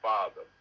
Father